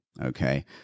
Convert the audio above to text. okay